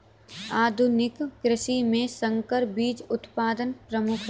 आधुनिक कृषि में संकर बीज उत्पादन प्रमुख है